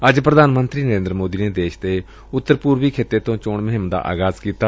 ਅੱਜ ਪ੍ਰਧਾਨ ਮੰਤਰੀ ਨਰੇਂਦਰ ਮੋਦੀ ਨੇ ਦੇਸ਼ ਦੇ ਉਤਰ ਪੂਰਬੀ ਖਿਤੇ ਤੋਂ ਚੋਣ ਮੁਹਿੰਮ ਦਾ ਆਗਾਜ਼ ਕੀਤਾ